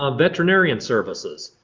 um veterinarian services.